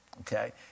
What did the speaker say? Okay